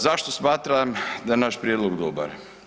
Zašto smatram da je naš prijedlog dobar?